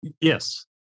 Yes